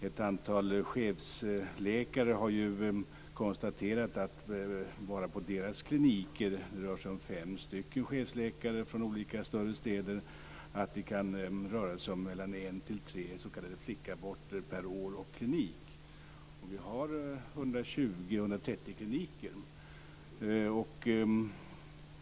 Ett antal chefsläkare har konstaterat att det bara på deras kliniker - det rör sig om fem chefsläkare från olika större städer - kan det röra sig om mellan en och tre s.k. flickaborter per år och klinik. Vi har 120-130 kliniker.